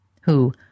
who